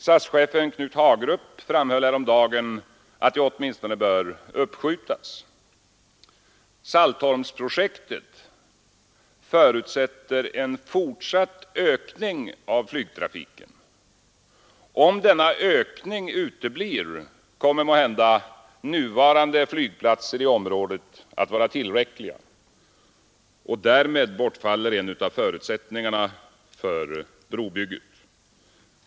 SAS-chefen Knut Hagrup framhöll häromdagen att Saltholmsprojektet åtminstone bör uppskjutas. Det förutsätter en fortsatt ökning av flygtrafiken. Om denna ökning uteblir kommer måhända nuvarande flygplatser i området att vara tillräckliga. Därmed bortfaller en av förutsättningarna för brobygget.